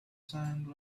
sand